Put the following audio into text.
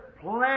plenty